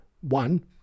one